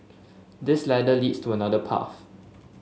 this ladder leads to another path